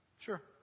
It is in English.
sure